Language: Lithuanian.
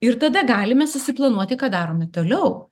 ir tada galime susiplanuoti ką darome toliau